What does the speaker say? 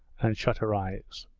and shut her eyes.